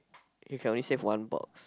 you can only save one box